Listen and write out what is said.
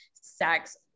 sex